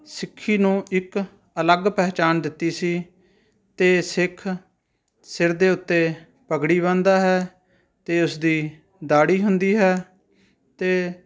ਸਿੱਖੀ ਨੂੰ ਇੱਕ ਅਲੱਗ ਪਹਿਚਾਣ ਦਿੱਤੀ ਸੀ ਅਤੇ ਸਿੱਖ ਸਿਰ ਦੇ ਉੱਤੇ ਪੱਗੜੀ ਬੰਨਦਾ ਹੈ ਅਤੇ ਉਸ ਦੀ ਦਾੜ੍ਹੀ ਹੁੰਦੀ ਹੈ ਅਤੇ